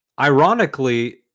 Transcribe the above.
Ironically